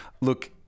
Look